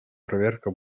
проверка